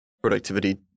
productivity